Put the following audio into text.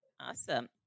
Awesome